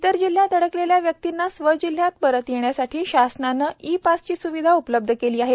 इतर जिल्ह्यात अडकलेल्या व्यक्तीना स्व जिल्ह्यात परत येण्यासाठी शासनाने ई पास ची स्विधा उपलब्ध केली आहे